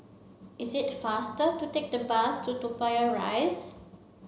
it is faster to take the bus to Toa Payoh Rise